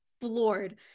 floored